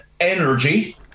energy